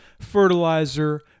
fertilizer